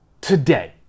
today